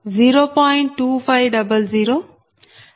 2793 0